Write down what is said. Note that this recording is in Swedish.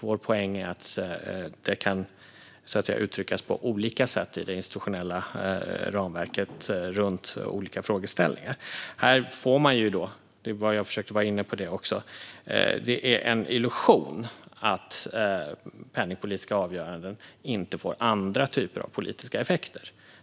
Vår poäng är att det kan uttryckas på olika sätt i det institutionella ramverket runt olika frågeställningar. Här får man - vilket jag försökte komma in på förut - en illusion av att penningpolitiska avgöranden inte får andra typer av politiska effekter.